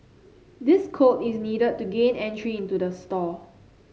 this code is needed to gain entry into the store